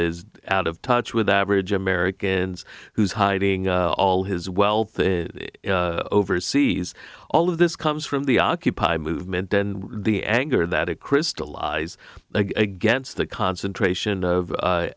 is out of touch with average americans who's hiding all his wealth in overseas all of this comes from the occupy movement and the anger that it crystallize against the concentration of